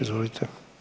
Izvolite.